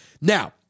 Now